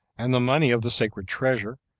and the money of the sacred treasure,